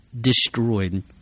destroyed